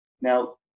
Now